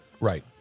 Right